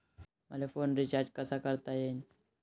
मले phone recharge कसा करता येईन?